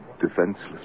defenseless